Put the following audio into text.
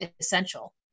essential